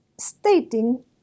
stating